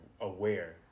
aware